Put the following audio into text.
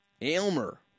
Aylmer